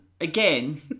again